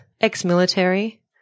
ex-military